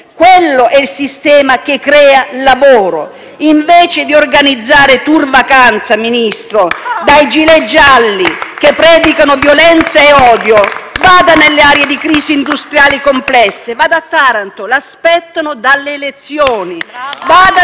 questo è il sistema che crea lavoro. Invece di organizzare *tour* vacanza, Ministro, *(Applausi dal Gruppo PD)*dai *gilet* gialli, che predicano violenza e odio, vada nelle aree di crisi industriale complesse, vada a Taranto, dove l'aspettano dalle elezioni.